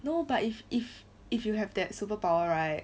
no but if if if you have that superpower right